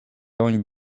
going